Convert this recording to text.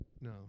No